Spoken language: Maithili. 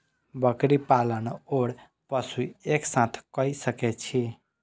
बकरी पालन ओर पशु एक साथ कई सके छी?